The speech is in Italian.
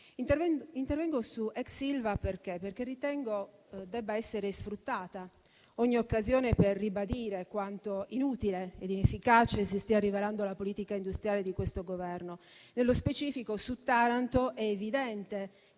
Intervengo sull'ex Ilva perché ritengo debba essere sfruttata ogni occasione per ribadire quanto inutile e inefficace si stia rivelando la politica industriale di questo Governo. Nello specifico su Taranto, è evidente